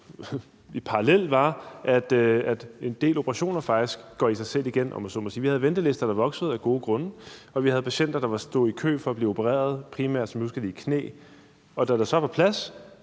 en parallel, er, at en del operationer faktisk går i sig selv igen, om man så må sige. Vi havde ventelister, der af gode grunde voksede, og vi havde patienter, der stod i kø for at blive opereret – primært, som jeg husker det, i knæ – og da der så var plads,